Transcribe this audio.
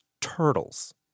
turtles